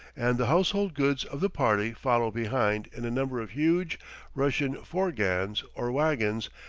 and the household goods of the party follow behind in a number of huge russian forgans or wagons,